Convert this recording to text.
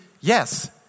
yes